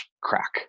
Crack